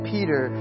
Peter